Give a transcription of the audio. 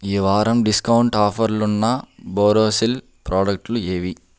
ఈవారం discount ఆఫర్లు ఉన్న బోరోసిల్ ప్రాడక్టులు ఏవి